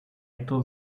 told